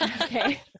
Okay